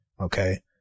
Okay